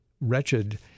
wretched